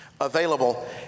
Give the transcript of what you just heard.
available